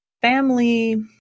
family